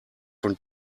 von